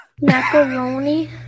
Macaroni